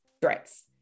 threats